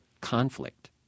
conflict